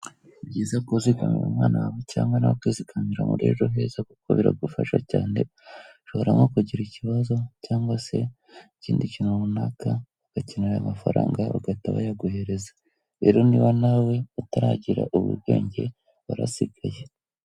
Ni byiza kuzigamira umwana wawe cyangwa nawe ukizikamira rerobl muzeckuko biragufasha cyane. Ushobora nko kugira ikibazo cyangwa se ikindi kintu runaka ugakenera amafaranga bagahita bayaguhereza, rero niba nawe utaragira ubwenge warasigaye.